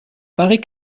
paraît